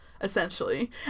essentially